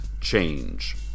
change